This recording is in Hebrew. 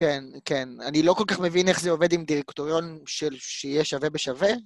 כן, כן. אני לא כל כך מבין איך זה עובד עם דירקטוריון של שיהיה שווה בשווה.